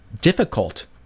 difficult